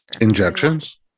Injections